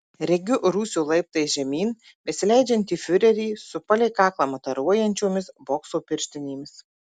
regiu rūsio laiptais žemyn besileidžiantį fiurerį su palei kaklą mataruojančiomis bokso pirštinėmis